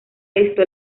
esto